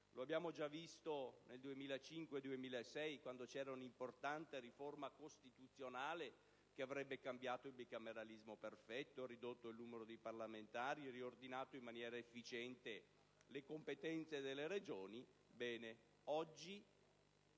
Lo abbiamo già visto nel 2005-2006, in occasione di un'importante riforma costituzionale che avrebbe cambiato il bicameralismo perfetto, ridotto il numero dei parlamentari, riordinato in maniera efficiente le competenze delle Regioni.